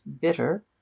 bitter